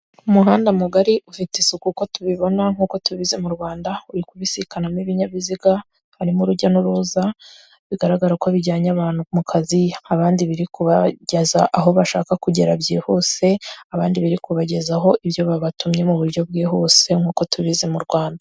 Umuhanda mugari ufite isuku uko tubibona nkuko tubizi mu Rwanda. Uri kubisikanamo ibinyabiziga harimo urujya n'uruza, bigaragara ko bijyanye abantu mu kazi abandi biri kubageza aho bashaka kugera byihuse, abandi biri kubageza aho ibyo babatumye muburyo bwihuse nkuko tubuzi mu Rwanda.